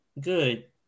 Good